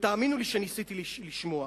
ותאמינו לי שניסיתי לשמוע.